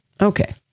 Okay